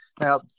Now